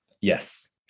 Yes